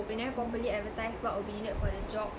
they never properly advertise what will be in need for the job